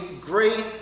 great